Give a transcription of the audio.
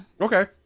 Okay